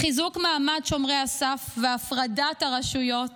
חיזוק מעמד שומרי הסף והפרדת הרשויות,